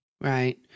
Right